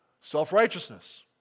self-righteousness